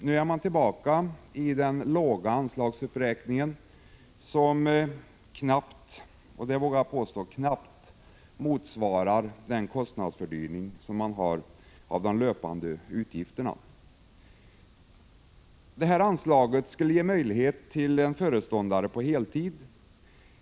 Nu är man tillbaka i den låga anslagsuppräkningen, som — det vågar jag påstå — knappt motsvarar kostnadsfördyringen i fråga om de löpande utgifterna. Det här anslaget skulle ge möjlighet till en föreståndare på heltid.